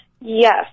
Yes